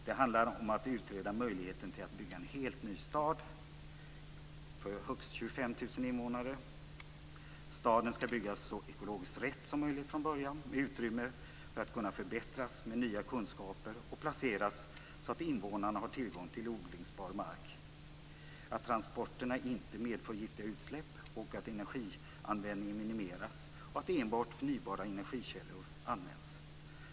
Det handlar om att utreda möjligheten att bygga en helt ny stad, för högst 25 000 invånare. Staden skall byggas så "ekologiskt rätt" som möjligt från början, med utrymme för förbättringar genom nya kunskaper och med möjligheter att placeras så att invånarna har tillgång till odlingsbar mark. Vidare handlar det om att transporterna inte medför giftiga utsläpp, att energianvändningen minimeras och att enbart förnybara energikällor används.